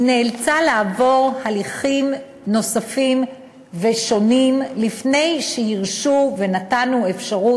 היא נאלצה לעבור הליכים נוספים ושונים לפני שהרשו ונתנו אפשרות,